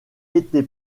été